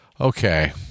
Okay